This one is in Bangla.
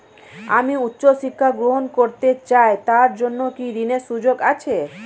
আমি উচ্চ শিক্ষা গ্রহণ করতে চাই তার জন্য কি ঋনের সুযোগ আছে?